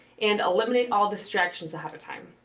and, eliminate all distractions ahead of time.